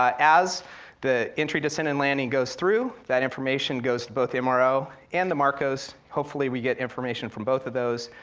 um as the entry, descent, and landing goes through, that information goes to both mro and the marcos. hopefully we get information from both of those,